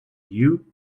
you